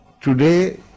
Today